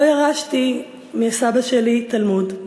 לא ירשתי מסבא שלי תלמוד.